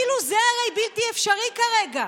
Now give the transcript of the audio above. הרי אפילו זה בלתי אפשרי כרגע.